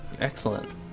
Excellent